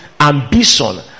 ambition